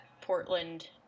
Portland